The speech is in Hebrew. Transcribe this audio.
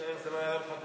זה לא יעלה לך ביותר.